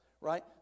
right